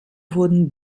wurden